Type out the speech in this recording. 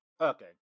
Okay